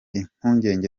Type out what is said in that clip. impungenge